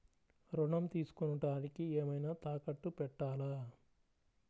ఋణం తీసుకొనుటానికి ఏమైనా తాకట్టు పెట్టాలా?